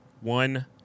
one